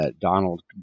Donald